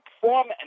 perform